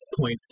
point